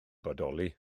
bodoli